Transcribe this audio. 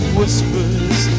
whispers